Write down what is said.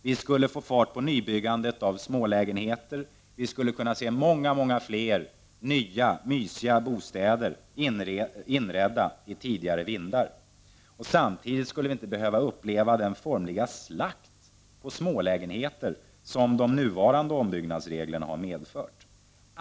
Vi skulle få fart på nybyggandet av smålägenheter, och vi skulle kunna se många fler nya, mysiga bostäder inredda i tidigare vindar. Samtidigt skulle vi inte behöva uppleva den formliga slakt på smålägenheter som de nuvarande ombyggnadsreglerna har medfört.